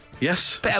Yes